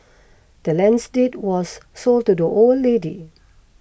the land's deed was sold to the old lady